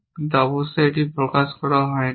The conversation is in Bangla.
কিন্তু অবশ্যই এটি প্রকাশ করা হয় না